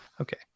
Okay